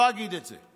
לא אגיד את זה,